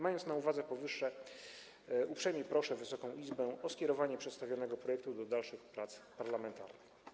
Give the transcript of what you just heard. Mając na uwadze powyższe, uprzejmie proszę Wysoką Izbę o skierowanie przedstawionego projektu do dalszych prac parlamentarnych.